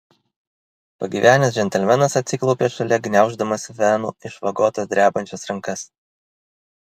pagyvenęs džentelmenas atsiklaupė šalia gniauždamas venų išvagotas drebančias rankas